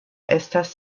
estas